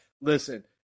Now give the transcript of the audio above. Listen